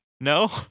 No